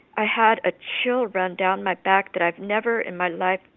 i had a chill run down my back that i've never in my life,